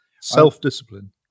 self-discipline